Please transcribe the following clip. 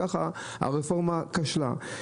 ככה הרפורמה כשלה.